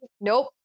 Nope